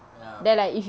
ya